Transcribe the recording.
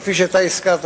כפי שאתה הזכרת,